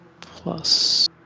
plus